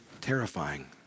terrifying